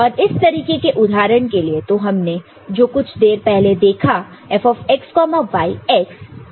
और इस तरीके के उदाहरण के लिए तो जो हमने कुछ देर पहले देखा F xy x plus x prime y है